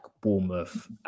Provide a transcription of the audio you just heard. Bournemouth